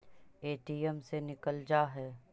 ATM से निकल जा है?